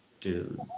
dude